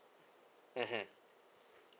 mmhmm